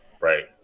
Right